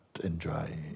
enjoy